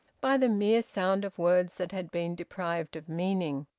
by the mere sound of words that had been deprived of meaning.